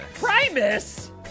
Primus